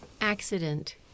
accident